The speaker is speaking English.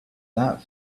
that